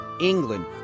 England